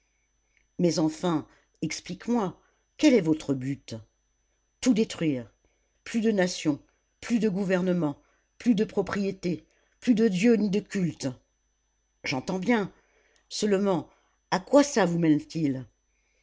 mais enfin explique-moi quel est votre but tout détruire plus de nations plus de gouvernements plus de propriété plus de dieu ni de culte j'entends bien seulement à quoi ça vous mène-t-il